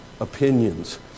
opinions